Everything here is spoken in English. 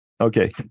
Okay